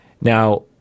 Now